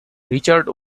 richard